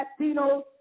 Latinos